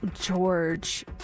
George